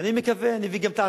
אתה מביא "מחליטים"?